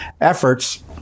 efforts